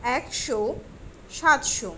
একশো সাতশো